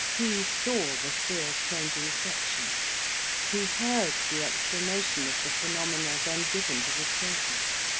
he saw the sphere's changing sections he heard the ex planation of the phenomena then given to the circles.